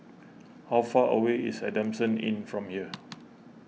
how far away is Adamson Inn from here